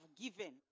given